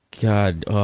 God